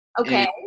Okay